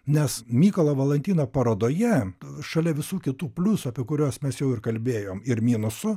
nes mykolo valantino parodoje šalia visų kitų pliusų apie kuriuos mes jau ir kalbėjom ir minusų